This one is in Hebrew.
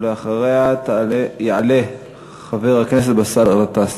ואחריה יעלה חבר הכנסת באסל גטאס.